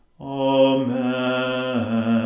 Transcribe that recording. Amen